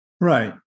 Right